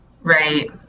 right